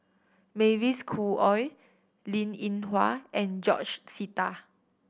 Mavis Khoo Oei Linn In Hua and George Sita